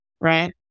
right